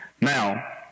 Now